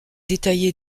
détaillées